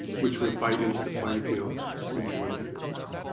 which would bite into the playing field in more than it is now.